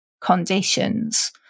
conditions